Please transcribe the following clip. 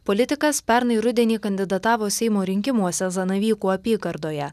politikas pernai rudenį kandidatavo seimo rinkimuose zanavykų apygardoje